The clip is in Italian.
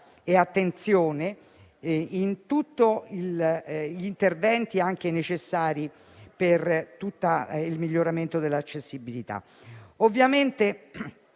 e attenzione in tutti gli interventi necessari per il miglioramento dell'accessibilità.